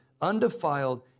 undefiled